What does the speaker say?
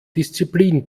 disziplin